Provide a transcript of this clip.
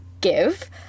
give